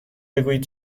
بگویید